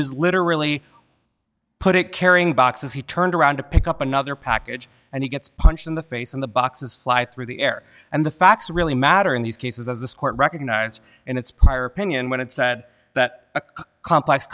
was literally put it carrying boxes he turned around to pick up another package and he gets punched in the face in the boxes fly through the air and the facts really matter in these cases as this court recognizes and it's prior opinion when it's said that a complex